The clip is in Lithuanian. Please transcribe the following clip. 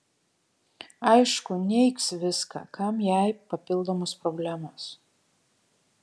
aišku neigs viską kam jai papildomos problemos